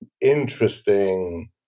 interesting